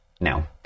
Now